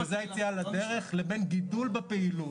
והשימוש באלפא כזאת נמוכה אומר פגיעה משמעותית מאוד בתוך בתי החולים.